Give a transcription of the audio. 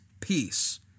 peace